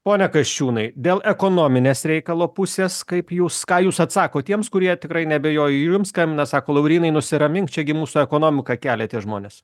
pone kasčiūnai dėl ekonominės reikalo pusės kaip jūs ką jūs atsakot tiems kurie tikrai neabejoju ir jums skambina sako laurynai nusiramink čia gi mūsų ekonomiką kelia tie žmonės